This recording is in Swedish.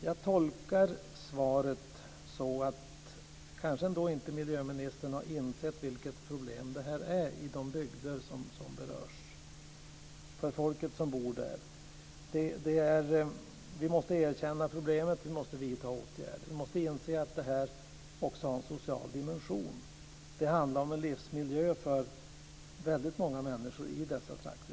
Jag tolkar svaret så att miljöministern kanske inte har insett vilket problem detta är för folket i de bygder som berörs. Vi måste erkänna problemet, och vi måste vidta åtgärder. Vi måste inse att detta har en social dimension. Det handlar om livsmiljön för många människor i dessa trakter.